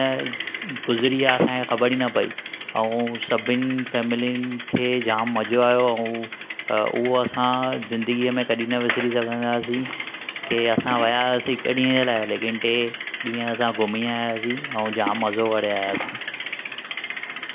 ऐं गुज़रिया असांखे ख़बर ई न पई ऐं सभिनि फैमिली खे जामु मज़ो आयो उहो असां ज़िंदगी में कॾहिं न विसरी सघन्दासीं की असां विया हुयासीं हिकु ॾींहं जे लाइ लेकिन टे ॾींहं असां घुमी आयासीं ऐं जामु मज़ो करे आयासीं